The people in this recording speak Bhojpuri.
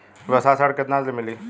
व्यवसाय ऋण केतना ले मिली?